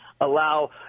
allow